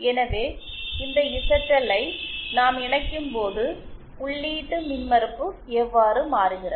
எனவே இந்த இசட்எல் ஐ நாம் இணைக்கும்போது உள்ளீட்டு மின்மறுப்பு எவ்வாறு மாறுகிறது